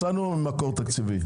מצאנו מקור תקציבי.